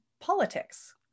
politics